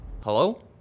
Hello